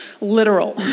literal